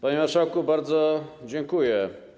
Panie marszałku, bardzo dziękuję.